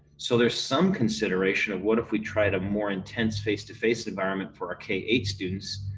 so there's some consideration of what if we tried a more intense face to face environment for ah k eight students.